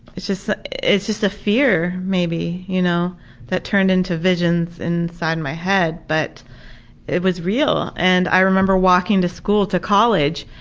it's just it's just a fear, maybe, you know that turned into visions inside my head, but it was real. and i remember walking to school, to college,